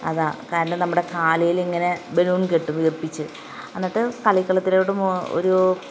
അതാണ് കാരണം നമ്മുടെ കാലിൽ ഇങ്ങനെ ബലൂൺ കെട്ടും വീർപ്പിച്ച് എന്നിട്ട് കളിക്കളത്തിലോട്ട് ഒരു